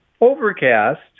Overcast